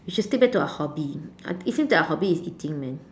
you should stick back to our hobby I it seems our hobby is eating man